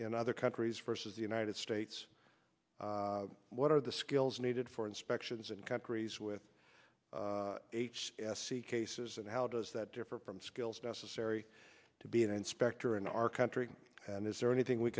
in other countries versus the united states what are the skills needed for inspections in countries with h s c cases and how does that differ from skills necessary to be an inspector in our country and is there anything we